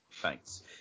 thanks